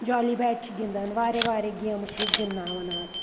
جالی بیٹ چھ گِندان واریاہ واریاہ گیمہٕ چھ اَسہِ گِندناوان آز